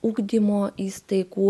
ugdymo įstaigų